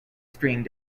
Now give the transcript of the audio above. string